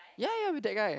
ya ya with that guy